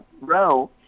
row